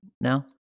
now